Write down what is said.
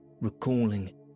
recalling